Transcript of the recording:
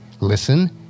listen